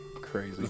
Crazy